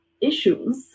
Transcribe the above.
issues